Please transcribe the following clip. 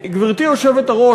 גברתי היושבת-ראש,